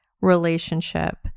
relationship